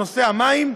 כל נושא המים,